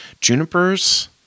junipers